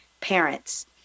Parents